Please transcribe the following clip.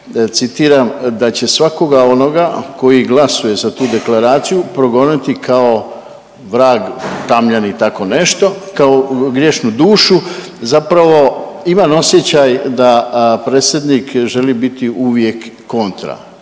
citiram, da će svakoga onoga koji glasuje za tu deklaraciju progoniti kao vrag tamjan i tako nešto, kao grješnu dušu, zapravo imam osjećaj da predsjednik želi biti uvijek kontra,